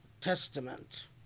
testament